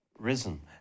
risen